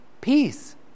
peace